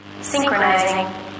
synchronizing